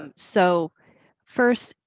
um so first,